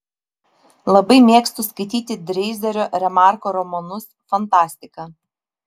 labai mėgstu skaityti dreizerio remarko romanus fantastiką